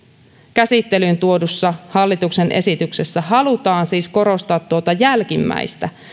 käsittelyyn tuodussa hallituksen esityksessä halutaan siis korostaa tuota jälkimmäistä